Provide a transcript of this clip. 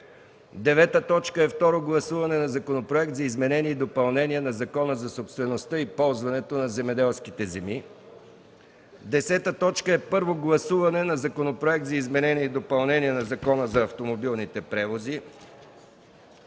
9. Второ гласуване на Законопроект за изменение и допълнение на Закона за собствеността и ползването на земеделските земи. 10. Първо гласуване на Законопроект за изменение и допълнение на Закона за автомобилните превози.